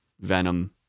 Venom